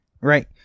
Right